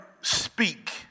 speak